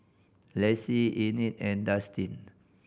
Lexi Enid and Dustin